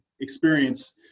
experience